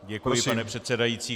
Děkuji, pane předsedající.